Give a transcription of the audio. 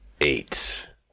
Eight